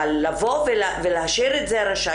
אבל אם תשאירו את זה רשאי,